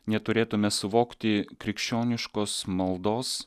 neturėtume suvokti krikščioniškos maldos